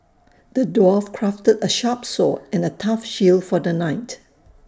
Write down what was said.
the dwarf crafted A sharp sword and A tough shield for the knight